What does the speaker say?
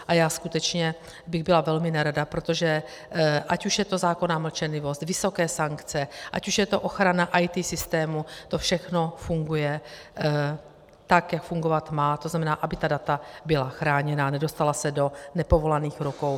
A já skutečně bych byla velmi nerada, protože ať už je to zákonná mlčenlivost, vysoké sankce, ať už je to ochrana IT systému, to všechno funguje tak, jak fungovat má, tzn. aby ta data byla chráněná, nedostala se do nepovolaných rukou.